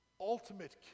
ultimate